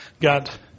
got